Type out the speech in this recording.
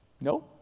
No